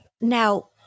Now